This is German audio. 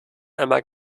einmal